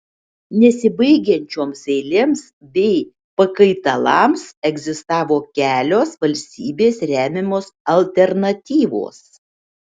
nesibaigiančioms eilėms bei pakaitalams egzistavo kelios valstybės remiamos alternatyvos